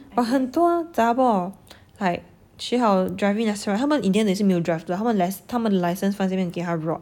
but 很多 zhar bor like 学好 driving lesson right 他们 in the end 也是没有 drive 他们的 lic~ 他们的 license 放在那边给它 rot